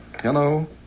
Hello